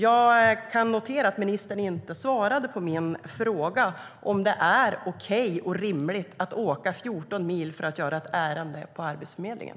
Jag kan notera att ministern inte svarade på min fråga om det är okej och rimligt att man måste åka 14 mil för att göra ett ärende på Arbetsförmedlingen.